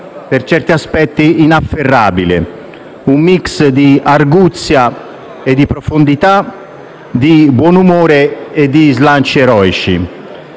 per certi aspetti inafferrabile; un *mix* di arguzia e profondità, di buonumore e di slanci eroici.